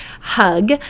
hug